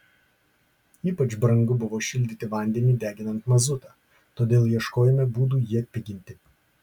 ypač brangu buvo šildyti vandenį deginant mazutą todėl ieškojome būdų jį atpiginti